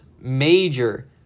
major